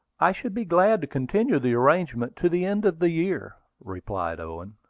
i should be glad to continue the arrangement to the end of the year, replied owen.